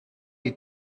you